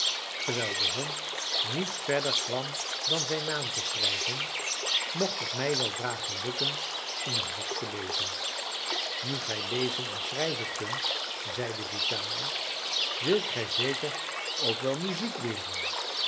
terwijl de hond niet verder kwam dan zijn naam te schrijven mocht het mij weldra gelukken in een boek te lezen nu gij lezen en schrijven kunt zeide vitalis wilt gij zeker ook wel muziek leeren